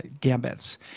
gambits